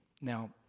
Now